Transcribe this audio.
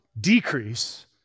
decrease